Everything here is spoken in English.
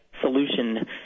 solution